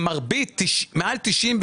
במעל 95,